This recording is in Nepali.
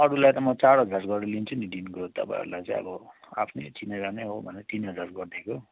अरूलाई त म चार हजार गरेर लिन्छु नि दिनको तपाईँहरूलाई चाहिँ अब आफ्नो चिनाजाना हो भनेर तिन हजार गरिदिएको